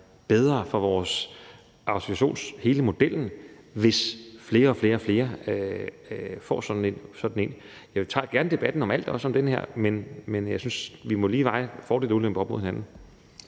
bedre for hele autorisationsmodellen, hvis flere og flere får sådan en. Jeg tager gerne debatten om alt, også om den her, men jeg synes lige, vi må veje fordele og ulemper op mod hinanden.